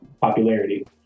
popularity